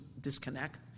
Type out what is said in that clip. disconnect